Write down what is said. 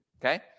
okay